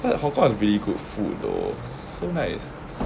but hong kong has really good food though so nice